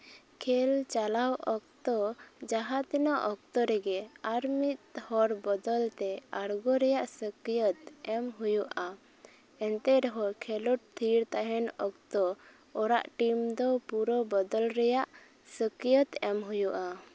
ᱠᱷᱮᱞ ᱪᱟᱞᱟᱣ ᱚᱠᱛᱚ ᱡᱟᱦᱟᱸ ᱛᱤᱱᱟᱹᱜ ᱚᱠᱛᱚ ᱨᱮᱜᱮ ᱟᱨ ᱢᱤᱫ ᱦᱚᱲ ᱵᱚᱫᱚᱞ ᱛᱮ ᱟᱬᱜᱳ ᱨᱮᱭᱟᱜ ᱥᱟᱹᱠᱷᱭᱟᱹᱛ ᱮᱢ ᱦᱩᱭᱩᱜᱼᱟ ᱮᱱᱛᱮ ᱨᱮᱦᱚᱸ ᱠᱷᱮᱞᱳᱰ ᱛᱷᱤᱨ ᱛᱟᱦᱮᱱ ᱚᱠᱛᱚ ᱚᱲᱟᱜ ᱴᱤᱢ ᱫᱚ ᱯᱩᱨᱟᱹ ᱵᱚᱫᱚᱞ ᱨᱮᱭᱟᱜ ᱥᱟᱹᱠᱷᱭᱟᱹᱛ ᱮᱢ ᱦᱩᱭᱩᱜᱼᱟ